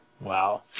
Wow